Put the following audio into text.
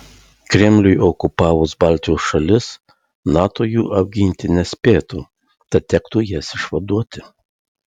kremliui okupavus baltijos šalis nato jų apginti nespėtų tad tektų jas išvaduoti